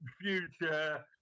future